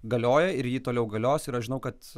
galioja ir ji toliau galios ir aš žinau kad